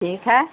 ٹھیک ہے